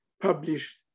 published